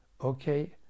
Okay